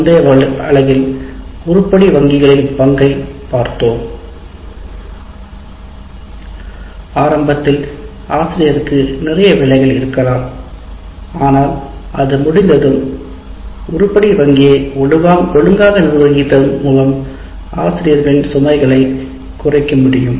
முந்தைய அலகில் உருப்படி வங்கிகளின் பங்கைப் பார்த்தோம் ஆரம்பத்தில் ஆசிரியருக்கு நிறைய வேலைகள் இருக்கலாம் ஆனால் அது முடிந்ததும் உருப்படி வங்கியை ஒழுங்காக நிர்வகிப்பதன் மூலம் ஆசிரியர்களின் சுமைகளை குறைக்க முடியும்